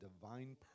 divine